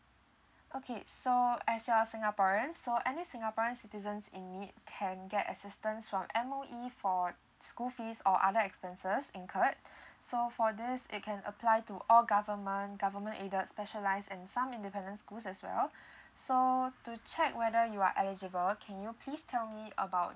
okay so as you are singaporeans so any singaporeans citizens in it can get assistance from M_O_E for school fees or other expenses incurred so for this they can apply to all government government aided specialise in some independent schools as well so to check whether you are eligible can you please tell me about